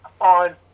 on